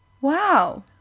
Wow